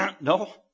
No